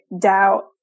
doubt